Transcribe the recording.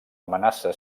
amenaça